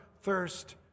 thirst